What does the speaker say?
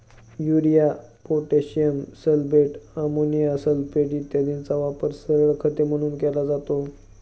urea, potassium sulphate, ammonium sulphate इत्यादींचा वापर सरळ खते म्हणून केला जातो